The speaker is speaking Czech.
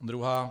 Druhá.